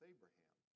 Abraham